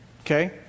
Okay